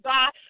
God